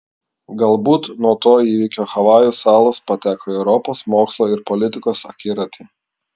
galbūt nuo to įvykio havajų salos pateko į europos mokslo ir politikos akiratį